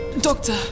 Doctor